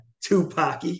tupac